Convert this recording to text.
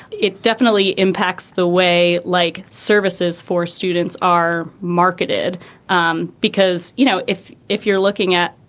it definitely impacts the way like services for students are marketed um because, you know, if if you're looking at,